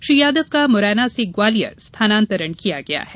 श्री यादव का मुरैना से ग्वालियर स्थानांतरण किया गया है